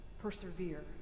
persevere